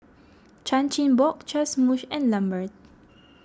Chan Chin Bock Joash Moosh and Lambert